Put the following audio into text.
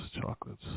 Chocolate's